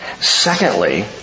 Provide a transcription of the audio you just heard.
Secondly